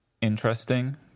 interesting